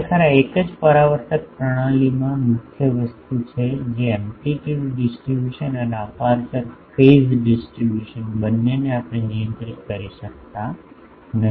ખરેખર આ એક જ પરાવર્તક પ્રણાલીમાં મુખ્ય વસ્તુ છે જે એમ્પલીટ્યુડ ડિસ્ટ્રીબ્યુશન અને અપેર્ચર ફેઝ ડિસ્ટ્રીબ્યુશન બંનેને આપણે નિયંત્રિત કરી શકતા નથી